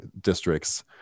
districts